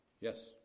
Yes